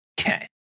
Okay